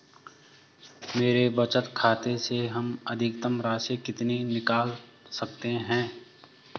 मेरे बचत खाते से हम अधिकतम राशि कितनी निकाल सकते हैं?